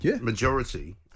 majority